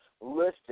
listed